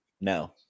No